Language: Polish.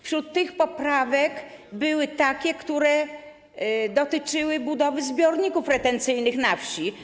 Wśród tych poprawek były takie, które dotyczyły budowy zbiorników retencyjnych na wsi.